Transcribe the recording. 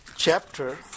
Chapter